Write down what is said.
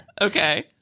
Okay